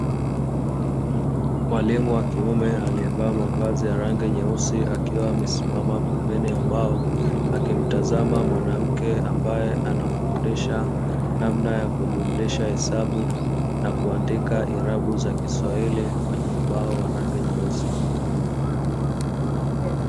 Mwalimu wa kiume aliyevaa mavazi ya rangi nyeusi akiwa amesimama pembeni ya ubao akimtazama mwanamke ambaye anamfundisha namna ya kujumlisha hesabu, na kuandika irabu za kiswahili kwenye ubao wa rangi nyeusi.